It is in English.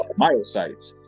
myocytes